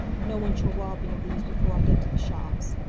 no one shall rob me of these before i get to the shops.